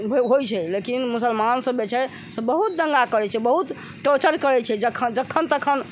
होइ छै लेकिन मुसलमान सब जे छै से बहुत दंगा करै छै बहुत टॉर्चर करै छै जखन तखन